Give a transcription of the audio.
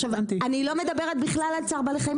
עכשיו אני לא מדברת בכלל על צער בעלי חיים,